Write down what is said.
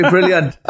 Brilliant